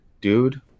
dude